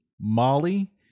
Molly